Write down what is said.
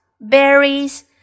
berries